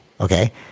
okay